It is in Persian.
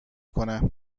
کنه